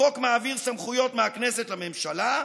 החוק מעביר סמכויות מהכנסת לממשלה,